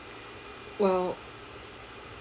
well